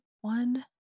one